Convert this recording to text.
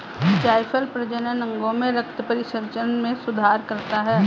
जायफल प्रजनन अंगों में रक्त परिसंचरण में सुधार करता है